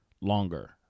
longer